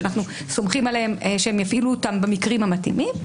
שאנחנו סומכים עליהן שהן יפעילו אותה במקרים המתאימים,